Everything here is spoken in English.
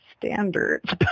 standards